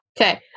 Okay